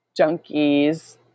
junkies